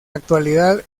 actualidad